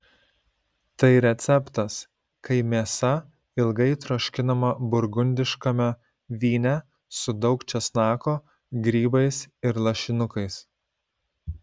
tai receptas kai mėsa ilgai troškinama burgundiškame vyne su daug česnako grybais ir lašinukais